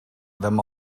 them